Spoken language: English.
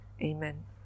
amen